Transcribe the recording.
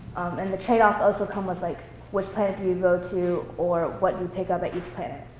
and the trade-offs also come with like which planet do you go to, or what do you pick up at each planet.